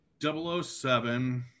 007